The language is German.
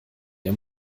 der